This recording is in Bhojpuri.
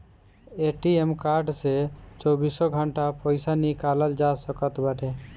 ए.टी.एम कार्ड से चौबीसों घंटा पईसा निकालल जा सकत बाटे